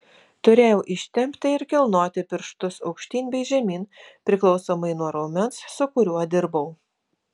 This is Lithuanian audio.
turėjau ištempti ir kilnoti pirštus aukštyn bei žemyn priklausomai nuo raumens su kuriuo dirbau